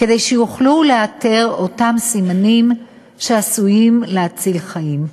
כדי שיוכלו לאתר את אותם סימנים שעשויים להציל חיים.